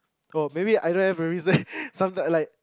oh maybe I don't have a reason sometimes like